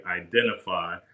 identify